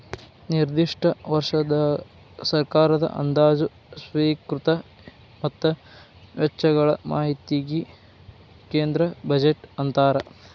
ನಿರ್ದಿಷ್ಟ ವರ್ಷದ ಸರ್ಕಾರದ ಅಂದಾಜ ಸ್ವೇಕೃತಿ ಮತ್ತ ವೆಚ್ಚಗಳ ಮಾಹಿತಿಗಿ ಕೇಂದ್ರ ಬಜೆಟ್ ಅಂತಾರ